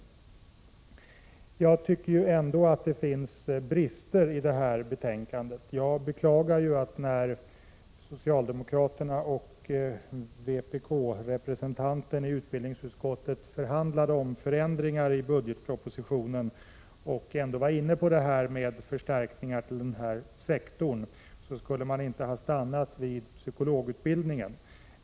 Jag tycker ändå att det finns brister i det här betänkandet. När socialdemokraterna och vpk-representanten i utbildningsutskottet förhandlade om förändringar i budgetpropositionen och ändå var inne på att göra förstärkningar på den här sektorn, borde de inte ha stannat vid psykologutbildningen.